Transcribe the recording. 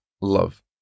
love